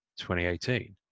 2018